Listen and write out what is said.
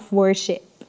worship